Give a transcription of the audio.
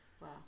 Wow